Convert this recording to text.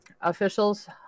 officials